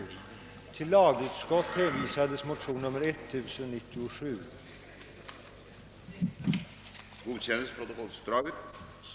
Nej, herr civilminister, det har jag inte sagt.